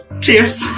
Cheers